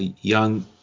young